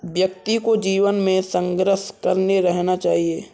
व्यक्ति को जीवन में संघर्ष करते रहना चाहिए